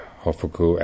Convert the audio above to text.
hofuku